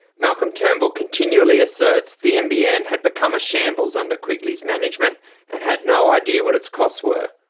malcolm turnbull continually asserts the nbn had become a shambles under quigley's management and had no idea what its costs were.